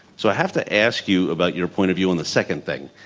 so i have to ask you about your point of view on the second thing,